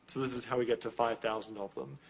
this is how we get to five thousand of them.